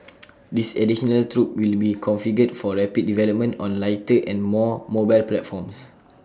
this additional troop will be configured for rapid development on lighter and more mobile platforms